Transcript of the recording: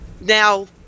now